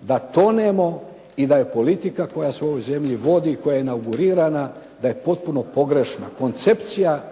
da tonemo i da je politika koja se u ovoj zemlji vodi, koja je inaugurirana, da je potpuno pogrešna. Koncepcija